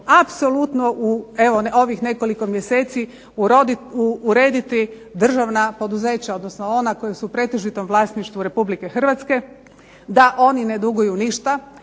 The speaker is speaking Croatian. apsolutno u ovih nekoliko mjeseci urediti državna poduzeća odnosno ona koja su u pretežitom vlasnitšvu Republike Hrvatske, da oni ne duguju ništa,